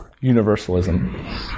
universalism